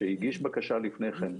שהגיש בקשה לפני כן,